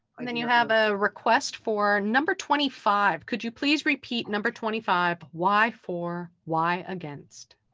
and then you have a request for number twenty five, could you please repeat number twenty five why for, why against?